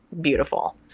beautiful